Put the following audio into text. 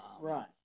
Right